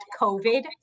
covid